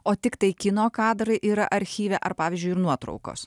o tiktai kino kadrai yra archyve ar pavyzdžiui ir nuotraukos